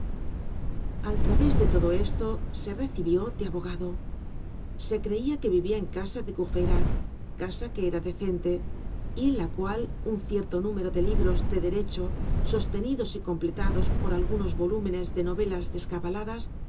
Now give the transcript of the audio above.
al través de todo esto se recibió de abogado se creia que vivia en casa de courfeyrac casa que era decente y en la cual un cierto número de libros de derecho sostenidos y completados por algunos volúmenes de novelas descabaladas